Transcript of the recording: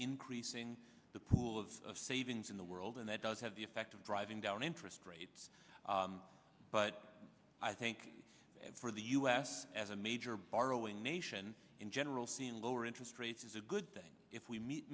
increasing the pool of savings in the world and that does have the effect of driving down interest rates but i think for the us as a major borrowing nation in general seeing lower interest rates is a good thing if we meet